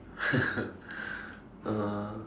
uh